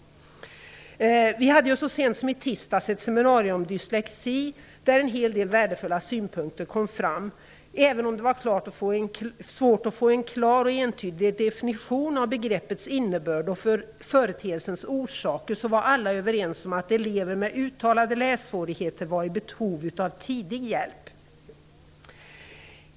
Utbildningsutskottet hade så sent som i tisdags ett seminarium om dyslexi där en hel del värdefulla synpunkter kom fram. Även om det var svårt att få fram en klar och entydig definition av begreppets innebörd och företeelsens orsaker, var alla överens om att elever med uttalade lässvårigheter var i behov av tidig hjälp.